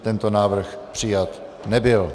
Tento návrh přijat nebyl.